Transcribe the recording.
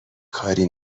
کاری